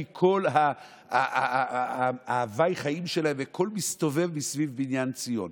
כי כל הוויי החיים שלהם והכול מסתובב סביב בניין ציון.